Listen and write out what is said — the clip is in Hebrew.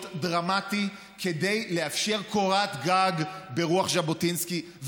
דרמטי כדי לאפשר קורת גג ברוח ז'בוטינסקי.